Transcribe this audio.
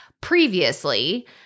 previously